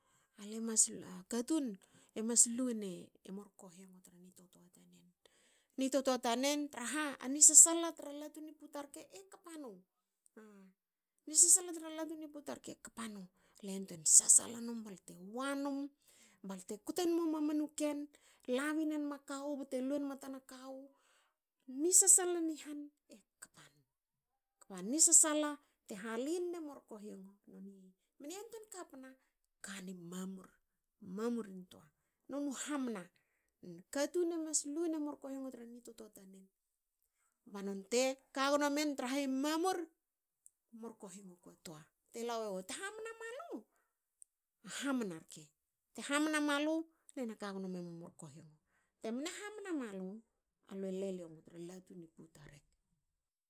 Ale mas. a katun e mas lue ne murkohiongo tra ni totoa tanen. Ni totoa tanen, traha ani sasala tra latu ni puta rke e kpa nu. Ni sasala tra latu ni puta rke ekpa nu. Le yantuein sasala num balte wanum balte kte nmu mamanu ken. labin enma kawu bte luenm tana kawu. ni sasala ni han ekpa nu. Kba ni sasala te haline morkohiongo. mne yantuein kapna kani mamur mamur intoa noni hamna. Katun e mas luene murkiongo tra ni totoa tanen ba nonte kagno menen traha i mamur. Murkohiongo ku a toa te hamna malu. hamna ki te hhamna malu te hamna malu lena kagno memue murkiongo. Te mne hamna malu. alue leliou mu tra latu ni puta rek